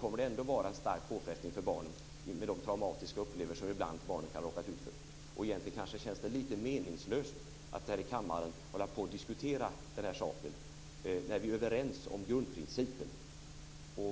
kommer de ändå att innebära en stark påfrestning för barnen med de traumatiska upplevelser de ibland kan ha råkat ut för. Egentligen känns det kanske lite meningslöst att här i kammaren hålla på och diskutera den här saken när vi är överens om grundprincipen.